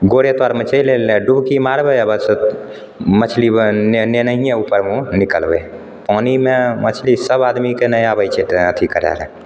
गोरे तरमे चलि एलै डुबकी मारबै आ बस मछली लेनैहिए ऊपर मुँह निकलबै पानिमे मछली सब आदमीके नहि आबैत छै अथी करै लऽ